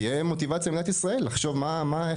תהיה מוטיבציה למדינת ישראל לחשוב איך